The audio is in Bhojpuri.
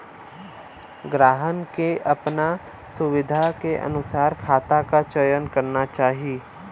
ग्राहकन के अपने सुविधा के अनुसार खाता क चयन करना चाही